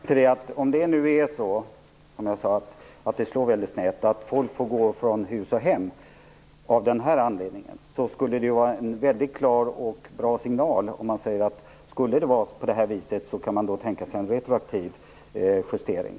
Herr talman! Om systemet slår väldigt snett och folk får gå från hus och hem av denna anledning är det en bra signal att säga att man kan tänka sig en retroaktiv justering.